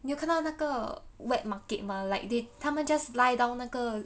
你有看到那个 wet market mah like they 他们 just lie down 那个